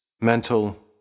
mental